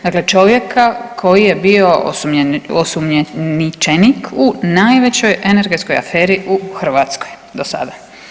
Dakle, čovjeka koji je bio osumnjičenik u najvećoj energetskoj aferi u Hrvatskoj do sada.